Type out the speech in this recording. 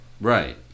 Right